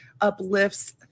uplifts